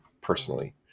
personally